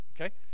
Okay